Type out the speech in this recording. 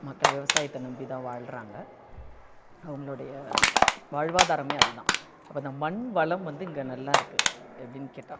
மக்கள் விவசாயத்தை நம்பி தான் வாழ்கிறாங்க அவர்களுடைய வாழ்வாதாரமே அது தான் அப்போ இந்த மண் வளம் வந்து இங்கே நல்லா இருக்குது எப்படின்னு கேட்டால்